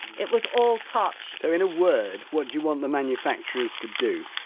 it was all touch so in a word what do you want the manufacturers to do?